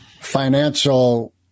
financial